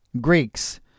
Greeks